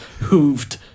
hooved